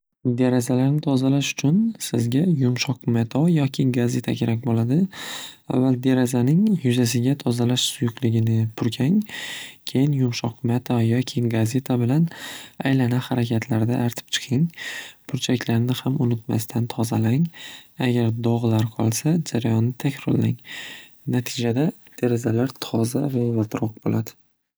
Derazalarni tozalash uchun sizga yumshoq mato yoki gazeta kerak bo'ladi. Avval derazaning yuzasiga tozalash suyuqligini purkang, keyin yumshoq mato yoki gazeta bilan aylana harakatlarda artib chiqing. Burchaklarni ham unutmasdan tozalang. Agar dog'lar qolsa jarayonni takrorlang. Natijada derazalar toza va yaltiroq bo'ladi.